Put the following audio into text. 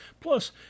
Plus